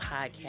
podcast